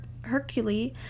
Hercule